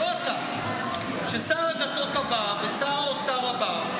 לא אתה ששר הדתות הבא ושר האוצר הבא,